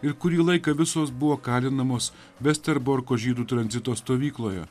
ir kurį laiką visos buvo kalinamos vesterborko žydų tranzito stovykloje